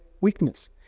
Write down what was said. weakness